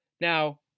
Now